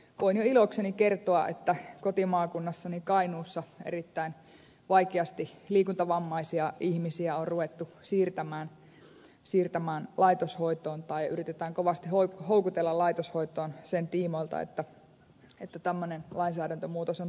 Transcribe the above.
voin jo ilokseni kertoa että kotimaakunnassani kainuussa erittäin vaikeasti liikuntavammaisia ihmisiä on ruvettu siirtämään laitoshoitoon tai yritetään kovasti houkutella laitoshoitoon sen tiimoilta että tämmöinen lainsäädäntömuutos on tulossa